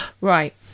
Right